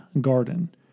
garden